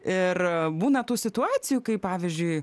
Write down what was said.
ir būna tų situacijų kai pavyzdžiui